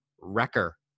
wrecker